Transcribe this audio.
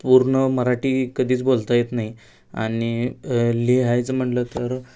पूर्ण मराठी कधीच बोलता येत नाही आणि लिहायचं म्हटलं तर